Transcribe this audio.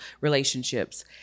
relationships